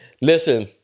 Listen